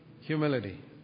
humility